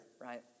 right